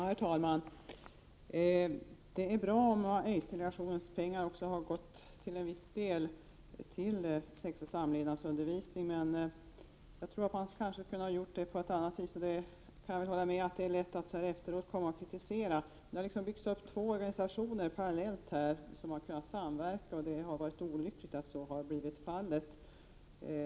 Herr talman! Det är bra om aidsdelegationens pengar till en del har gått också till sexoch samlevnadsundervisningen, men det kunde kanske ha skett på ett annat vis. Jag kan hålla med om att det är lätt att så här efteråt komma med kritik, men det har parallellt byggts upp två samverkande organisationer, på detta område, och det är olyckligt att så har blivit fallet.